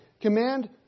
Command